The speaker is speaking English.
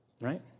right